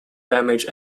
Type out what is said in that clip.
damage